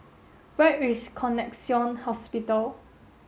where is Connexion Hospital